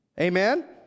Amen